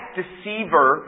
deceiver